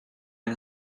and